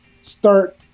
start